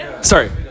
Sorry